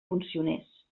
funcionés